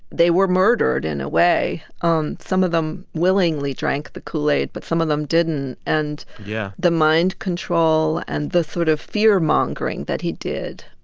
they were murdered in a way. um some of them willingly drank the kool-aid, but some of them didn't. and. yeah. the mind control and the sort of fear mongering that he did.